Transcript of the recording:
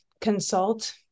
consult